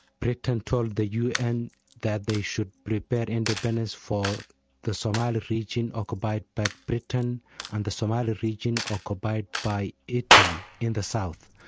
britain told the un that they should prepare independence for the somali region occupied by but britain and the somali region occupied by italy in the south.